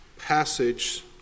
passage